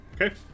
Okay